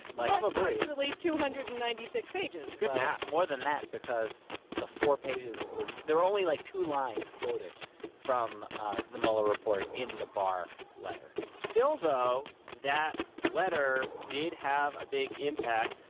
but approximately two hundred and ninety six pages, so. good math more than that because the four pages were there were only, like, two lines quoted from ah the mueller report in the barr letter still, though, that letter did have a big impact.